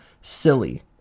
silly